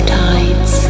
tides